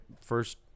first